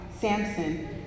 Samson